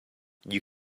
you